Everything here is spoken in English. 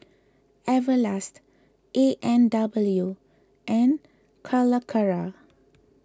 Everlast A and W and Calacara